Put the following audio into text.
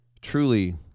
truly